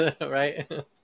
right